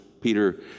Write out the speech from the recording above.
Peter